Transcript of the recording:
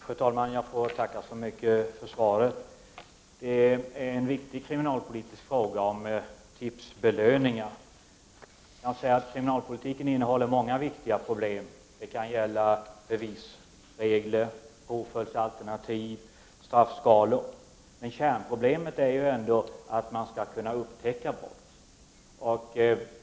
Fru talman! Jag får tacka så mycket för svaret. Frågan om tipsbelöningar är en viktig kriminalpolitisk fråga. Man kan säga att kriminalpolitiken innehåller många viktiga problem — det kan gälla bevisregler, påföljdsalternativ eller straffskalor. Men kärnproblemet är ändå att man skall kunna upptäcka brott.